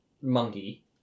monkey